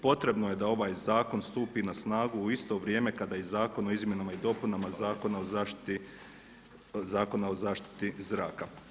Potrebno je da ovaj zakon stupi na snagu u isto vrijeme kada i Zakon o izmjenama i dopunama Zakona o zaštiti zraka.